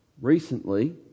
recently